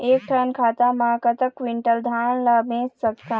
एक ठन खाता मा कतक क्विंटल धान ला बेच सकथन?